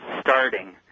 starting